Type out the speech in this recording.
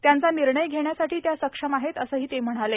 त्यांचा निर्णय घेण्यासाठी त्या सक्षम आहेत असंही खडसे म्हणाले